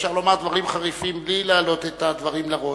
אפשר לומר דברים חריפים בלי להעלות את הדברים לראש.